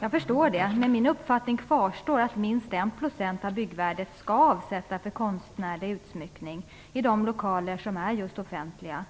Jag förstår det. Men min uppfattning kvarstår, att minst 1 % av byggvärdet skall avsättas för konstnärlig utsmyckning i lokaler som är offentliga,